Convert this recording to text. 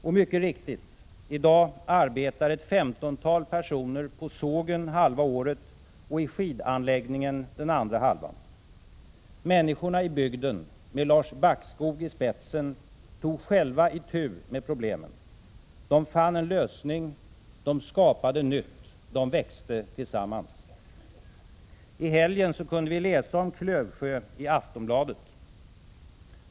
Och mycket riktigt — i dag arbetar ett femtontal personer på sågen halva året och i skidanläggningen den andra halvan. Människorna i bygden, med Lars Backskog i spetsen, tog själva itu med problemen. De fann en lösning, de skapade nytt, de växte tillsammans. I helgen kunde vi läsa om Klövsjö i Aftonbladet.